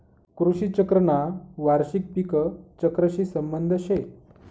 कृषी चक्रना वार्षिक पिक चक्रशी संबंध शे